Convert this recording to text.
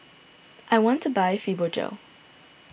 I want to buy Fibogel